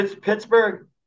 Pittsburgh